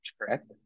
correct